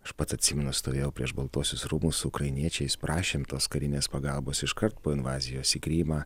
aš pats atsimenu stovėjau prieš baltuosius rūmus su ukrainiečiais prašėm tos karinės pagalbos iškart po invazijos į krymą